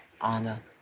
honor